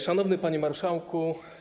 Szanowny Panie Marszałku!